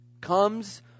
comes